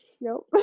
Nope